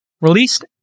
released